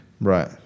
Right